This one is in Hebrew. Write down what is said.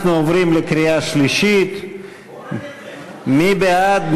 אנחנו עוברים לקריאה שלישית, מי בעד?